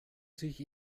sich